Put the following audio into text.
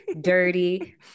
dirty